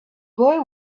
boy